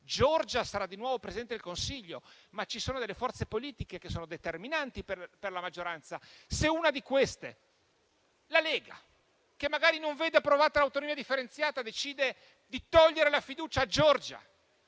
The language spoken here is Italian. Giorgia sarà di nuovo Presidente del Consiglio. Ma ci sono delle forze politiche che sono determinanti per la maggioranza; se una di queste, ad esempio la Lega, che magari non vede approvata l'autonomia differenziata, decide di togliere la fiducia Giorgia,